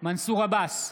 מנסור עבאס,